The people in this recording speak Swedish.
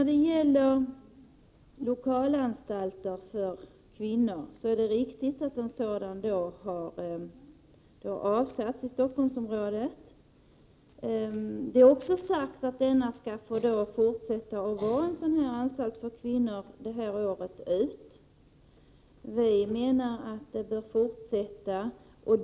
Det är riktigt att en lokalanstalt för kvinnor har avsatts i Stockholmsområdet. Det är också sagt att denna skall få fortsätta att vara en anstalt för kvinnor året ut. Vi menar att detta bör fortsätta längre.